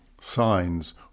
Signs